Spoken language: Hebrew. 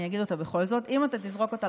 אבל אני אגיד אותה בכל זאת: אם אתה תזרוק אותה